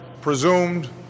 presumed